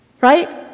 right